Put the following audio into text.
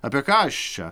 apie ką aš čia